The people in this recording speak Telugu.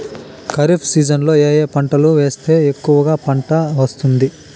ఖరీఫ్ సీజన్లలో ఏ ఏ పంటలు వేస్తే ఎక్కువగా పంట వస్తుంది?